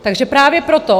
Takže právě proto.